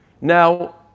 Now